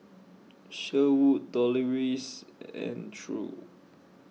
Sherwood Deloris and True